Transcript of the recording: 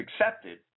accepted